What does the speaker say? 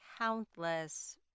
countless